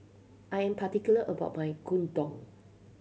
I am particular about my Gyudon